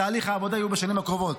תהליך העבודה יהיה בשנים הקרובות.